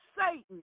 Satan